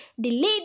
delete